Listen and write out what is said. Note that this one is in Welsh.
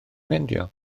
meindio